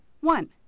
One